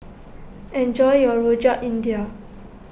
enjoy your Rojak India